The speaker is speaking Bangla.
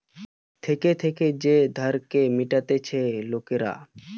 থেকে থেকে যে ধারকে মিটতিছে লোকরা